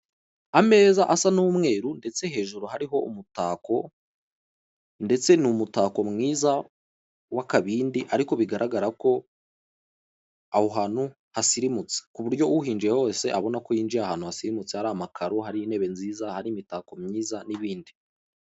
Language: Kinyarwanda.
Ameza asa n'umweru ndetse hejuru hariho umutako, ndetse n'umutako mwiza w'akabindi ariko bigaragara ko aho hantu hasirimutse. Ku buryo uhinjiye wese abona ko yinjiye ahantu hasirimutse, hari amakaro hari intebe nziza, hari imitako myiza n'ibindi.